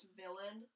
villain